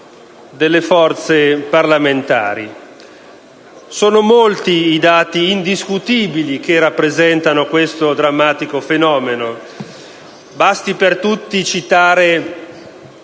Sono molti i dati indiscutibili che rappresentano questo drammatico fenomeno. Basti per tutti citare